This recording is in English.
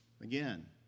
Again